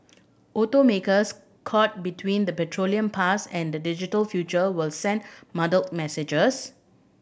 automakers caught between the petroleum past and the digital future will send muddled messages